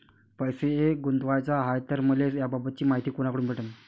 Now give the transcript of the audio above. मले पैसा गुंतवाचा हाय तर मले याबाबतीची मायती कुनाकडून भेटन?